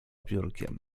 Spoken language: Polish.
biurkiem